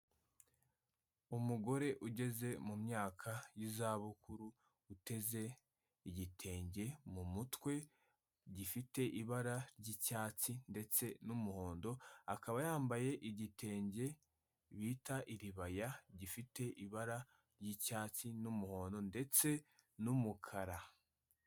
Umugore ugeze mu myaka y'izabukuru uteze igitenge mu mutwe, gifite ibara ry'icyatsi ndetse n'umuhondo, akaba yambaye igitenge bita iribaya, gifite ibara ry'icyatsi n'umuhondo ndetse n'umukara.